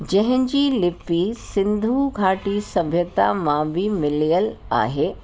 जंहिंजी लिपी सिंधू घाटी सभ्यता मां बि मिलियलु आहे